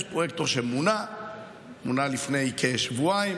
יש פרויקטור שמונה לפני כשבועיים.